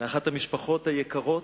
לאחת המשפחות היקרות,